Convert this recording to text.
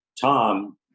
Tom